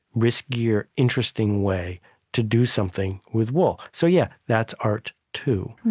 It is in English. risky or interesting way to do something with wool. so yeah, that's art too.